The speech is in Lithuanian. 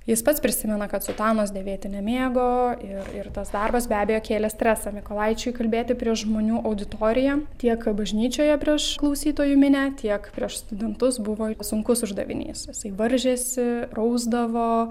jis pats prisimena kad sutanos dėvėti nemėgo ir ir tas darbas be abejo kėlė stresą mykolaičiui kalbėti prieš žmonių auditoriją tiek bažnyčioje prieš klausytojų minią tiek prieš studentus buvo sunkus uždavinys jisai varžėsi rausdavo